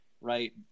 right